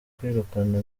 kwirukana